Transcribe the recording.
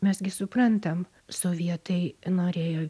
mes gi suprantam sovietai norėjo